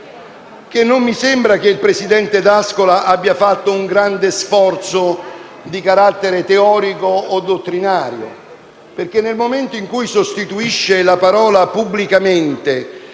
non mi sembra che il presidente D'Ascola abbia fatto un grande sforzo di carattere teorico o dottrinario. Nel momento in cui propone di sostituire la parola «pubblicamente»